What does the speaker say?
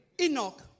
Enoch